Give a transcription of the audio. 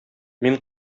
мин